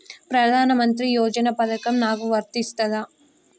ప్రధానమంత్రి యోజన పథకం నాకు వర్తిస్తదా?